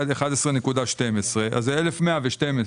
11.12 שקלים שזה 1,112 שקלים.